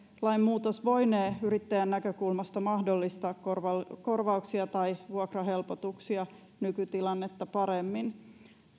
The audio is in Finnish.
lainmuutos voinee yrittäjän näkökulmasta mahdollistaa korvauksia korvauksia tai vuokrahelpotuksia nykytilannetta paremmin